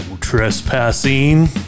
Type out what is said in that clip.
trespassing